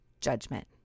judgment